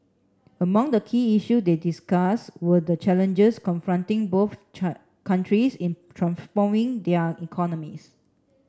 among the key issues they discuss were the challenges confronting both countries in transforming their economies